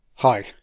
Hi